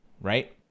right